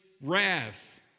wrath